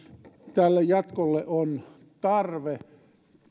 tälle jatkolle on tarve